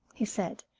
he said.